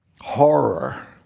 horror